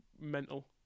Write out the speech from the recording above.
mental